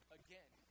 again